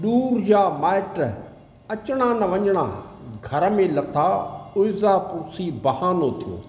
दूर जा माइट अचिणा न वञिणा घर में लथा उलज़ा पुलज़ी बहानो थियो